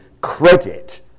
credit